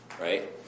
right